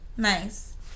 nice